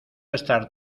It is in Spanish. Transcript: estar